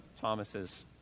Thomas's